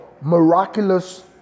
miraculous